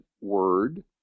word